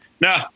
no